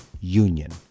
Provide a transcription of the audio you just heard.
union